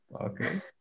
Okay